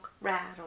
rattle